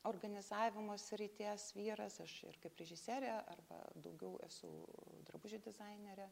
organizavimo srities vyras aš ir kaip režisierė arba daugiau esu drabužių dizainerė